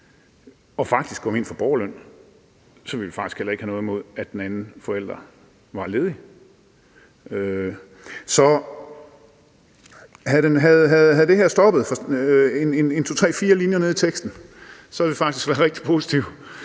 Faktisk går vi ind for borgerløn, så vi ville heller ikke have noget imod, at den anden forælder var ledig. Så var det her stoppet tre-fire linjer nede i teksten, ville vi faktisk have været rigtig positive,